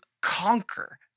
conquer